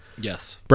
yes